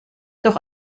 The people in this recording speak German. doch